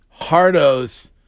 hardos